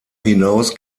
hinaus